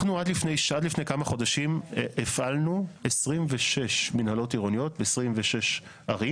אנחנו עד לפני כמה חודשים הפעלנו 26 מינהלות עירוניות ב-26 ערים.